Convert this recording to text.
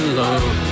love